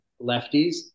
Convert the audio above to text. lefties